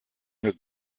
has